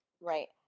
Right